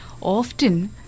Often